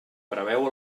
preveu